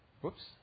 whoops